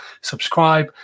Subscribe